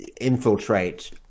infiltrate